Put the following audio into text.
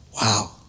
wow